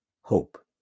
hope